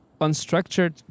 unstructured